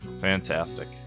Fantastic